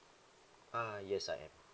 uh yes I am